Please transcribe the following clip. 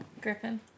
Griffin